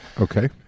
Okay